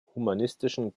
humanistischen